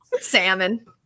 salmon